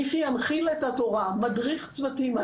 מי שינחיל את התורה, ידריך צוותים.